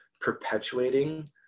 perpetuating